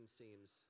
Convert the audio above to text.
seems